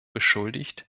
beschuldigt